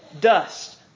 dust